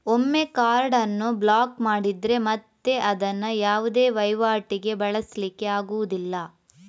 ಒಮ್ಮೆ ಕಾರ್ಡ್ ಅನ್ನು ಬ್ಲಾಕ್ ಮಾಡಿದ್ರೆ ಮತ್ತೆ ಅದನ್ನ ಯಾವುದೇ ವೈವಾಟಿಗೆ ಬಳಸ್ಲಿಕ್ಕೆ ಆಗುದಿಲ್ಲ